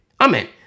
Amen